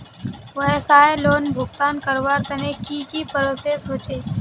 व्यवसाय लोन भुगतान करवार तने की की प्रोसेस होचे?